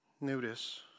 Notice